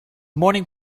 morning